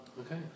Okay